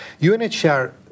UNHCR